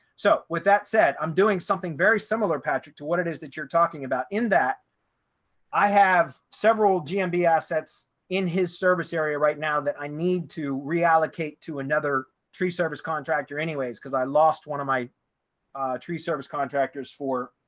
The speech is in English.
so with that said, i'm doing something very similar patrick to what it is that you're talking about in that i have several gmb assets in his service area right now that i need to reallocate to another tree service contractor anyways, because i lost one of my tree service contractors for